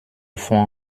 fond